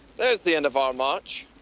there's the end of our march.